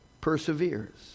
perseveres